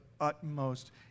utmost